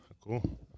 Cool